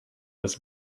this